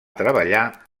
treballar